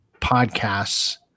podcasts